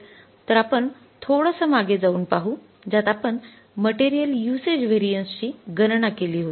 तर आपण थोडंसं मागे जाऊन पाहू ज्यात आपण मटेरियल युसेज व्हेरिएन्स ची गणना केली होती